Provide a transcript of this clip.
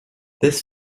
this